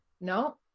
No